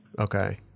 Okay